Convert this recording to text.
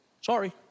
sorry